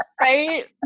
right